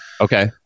Okay